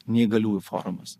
neįgaliųjų forumas